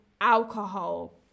alcohol